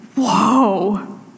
whoa